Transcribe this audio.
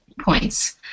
points